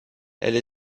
elle